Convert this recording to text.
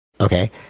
Okay